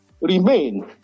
remain